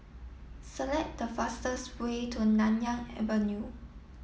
select the fastest way to Nanyang Avenue